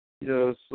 Yes